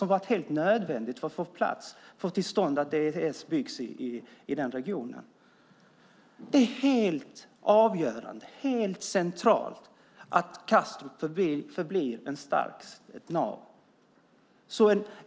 Det var helt nödvändigt att få till stånd att ESS byggs i den regionen. Det är helt avgörande och helt centralt att Kastrup förblir ett nav.